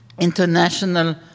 international